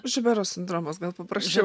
žiobero sindromas gal paprasčiau